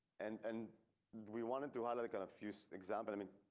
and and we wanted to holler confuse example. i mean,